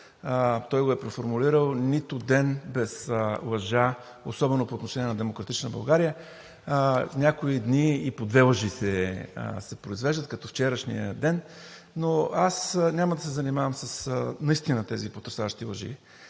той го е преформулирал „Нито ден без лъжа“, особено по отношение на „Демократична България“, в някои дни и по две лъжи се произвеждат, като вчерашния ден. Но аз наистина няма да се занимавам с тези потресаващи лъжи.